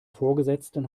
vorgesetzten